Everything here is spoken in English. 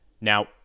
now